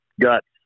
guts